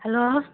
hello